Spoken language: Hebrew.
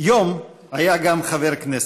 יום היה גם חבר כנסת.